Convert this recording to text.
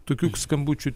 tokių skambučių